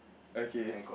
okay